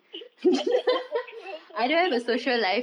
true also